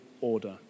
order